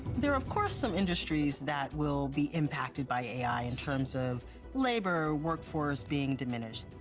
there are of course some industries that will be impacted by a i. in terms of labor workforce being diminished,